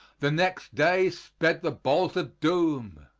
the next day sped the bolt of doom,